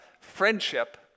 friendship